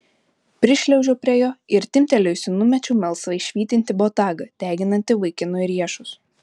prišliaužiau prie jo ir timptelėjusi numečiau melsvai švytintį botagą deginantį vaikinui riešus